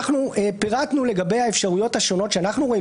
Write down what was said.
פירטנו לגבי האפשרויות השונות שאנחנו רואים